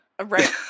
Right